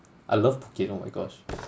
I love Phuket oh my gosh